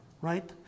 right